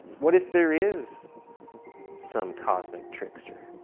what if there is some cosmic trickster?